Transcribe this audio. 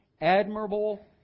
admirable